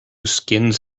skins